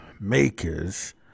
makers